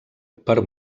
per